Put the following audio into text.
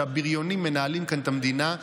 שבריונים מנהלים כאן את המדינה.